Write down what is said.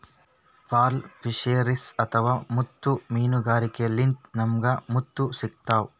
pearl fisheries ಅಥವಾ ಮುತ್ತ್ ಮೀನ್ಗಾರಿಕೆಲಿಂತ್ ನಮ್ಗ್ ಮುತ್ತ್ ಸಿಗ್ತಾವ್